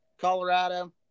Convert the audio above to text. Colorado